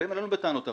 באים אלינו בטענות,